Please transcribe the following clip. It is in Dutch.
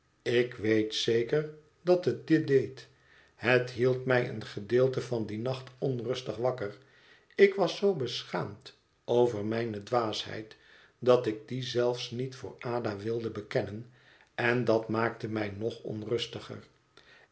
ik weet zeker dat het dit deed het hield mij een gedeelte van dien nacht onrustig wakker ik was zoo beschaamd over mijne dwaasheid dat ik die zelfs niet voor ada wilde bekennen en dat maakte mij nog onrustiger